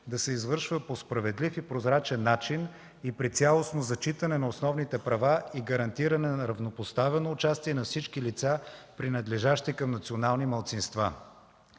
да се извършва по справедлив и прозрачен начин и при цялостно зачитане на основните права и гарантиране на равнопоставено участие на всички лица, принадлежащи към национални малцинства.